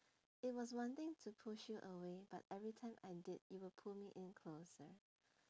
it was wanting to push you away but every time I did you will pull me in closer